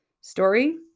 story